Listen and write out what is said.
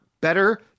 better